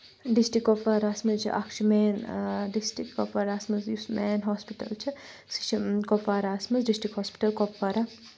district کۄپوارہَس منٛز چھِ اَکھ چھُ مین ڈِسٹِرٛک کۄپواراہَس منٛز یُس مین ہاسپِٹَل چھِ سُہ چھِ کۄپواراہَس منٛز ڈِسٹرک ہاسپِٹَل کۄپوارہ